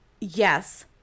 Yes